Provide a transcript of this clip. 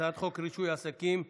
הצעת חוק רישוי עסקים (תיקון,